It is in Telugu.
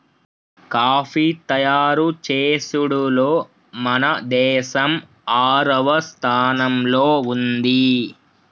కాఫీ తయారు చేసుడులో మన దేసం ఆరవ స్థానంలో ఉంది